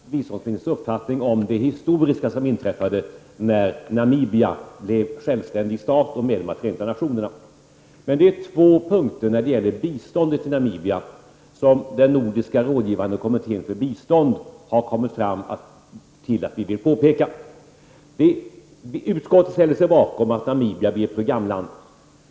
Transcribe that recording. Fru talman! Jag delar biståndsministerns uppfattning när det gäller det historiska som inträffade då Namibia blev självständig stat och medlem av Förenta nationerna. Men det finns två punkter när det gäller biståndet till Namibia som den nordiska rådgivande kommittén för bistånd vill peka på. Utskottet ställer sig bakom att Namibia blir ett programland.